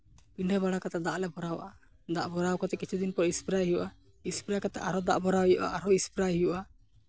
ᱯᱤᱰᱷᱟᱹ ᱵᱟᱲᱟ ᱠᱟᱛᱮᱫ ᱫᱟᱜ ᱞᱮ ᱵᱷᱚᱨᱟᱣᱟ ᱫᱟᱜ ᱵᱷᱚᱨᱟᱣ ᱠᱟᱛᱮᱫ ᱠᱤᱪᱷᱩ ᱫᱤᱱᱯᱚᱨ ᱥᱯᱨᱮ ᱦᱩᱭᱩᱜᱼᱟ ᱥᱯᱨᱮ ᱠᱟᱛᱮᱫ ᱟᱨᱦᱚᱸ ᱫᱟᱜ ᱵᱷᱚᱨᱟᱣ ᱦᱩᱭᱩᱜᱼᱟ ᱟᱨᱦᱚᱸ ᱥᱯᱨᱮᱭ ᱦᱩᱭᱩᱜᱼᱟ